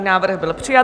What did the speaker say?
Návrh byl přijat.